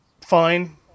fine